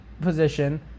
position